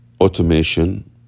Automation